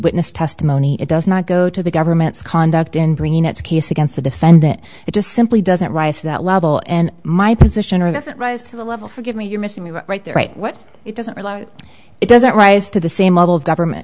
witness testimony it does not go to the government's conduct in bringing its case against the defendant it just simply doesn't rise to that level and my position or it doesn't rise to the level forgive me you're missing me right there right what it doesn't it doesn't rise to the same level of government